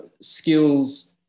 skills